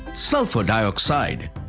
sulfur dioxide,